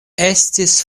estis